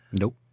Nope